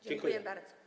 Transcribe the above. Dziękuję bardzo.